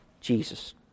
Jesus